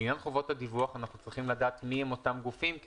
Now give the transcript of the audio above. לעניין חובות הדיווח אנחנו צריכים לדעת מיהם אותם גופים כי